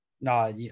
No